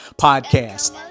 podcast